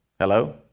Hello